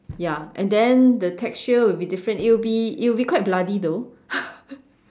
ya and then the texture will be different it will be it will be quite bloody though